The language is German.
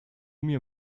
mir